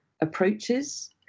approaches